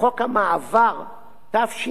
התש"ט 1949,